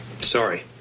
Sorry